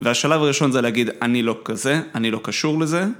והשלב הראשון זה להגיד אני לא כזה, אני לא קשור לזה.